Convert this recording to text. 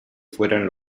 fueran